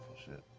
shit.